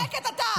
שקט אתה.